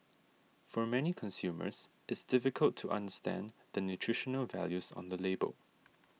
for many consumers it's difficult to understand the nutritional values on the label